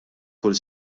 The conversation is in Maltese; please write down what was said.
kull